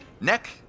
neck